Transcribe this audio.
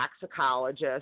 toxicologist